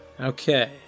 Okay